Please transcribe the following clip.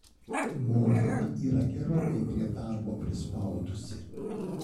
motina yra gerokai prie darbo prispaudusi